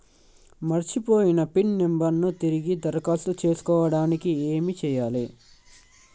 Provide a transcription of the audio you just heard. మర్చిపోయిన pin number ను తిరిగి దరఖాస్తు చేసుకోవడానికి ఏమి చేయాలే?